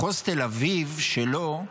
מחוז תל אביב שלו,